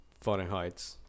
Fahrenheit